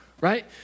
Right